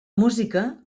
música